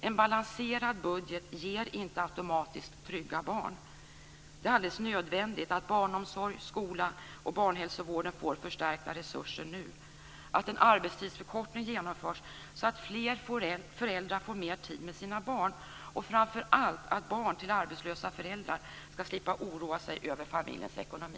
En balanserad budget ger inte automatiskt trygga barn. Det är alldeles nödvändigt att barnomsorg, skola och barnhälsovård får förstärkta resurser nu, att en arbetstidsförkortning genomförs så att fler föräldrar får mer tid med sina barn och framför allt att barn till arbetslösa föräldrar skall slippa oroa sig över familjens ekonomi.